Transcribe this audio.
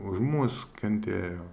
už mus kentėjo